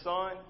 Son